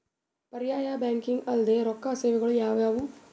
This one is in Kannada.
ಪರ್ಯಾಯ ಬ್ಯಾಂಕಿಂಗ್ ಅಲ್ದೇ ರೊಕ್ಕ ಸೇವೆಗಳು ಯಾವ್ಯಾವು?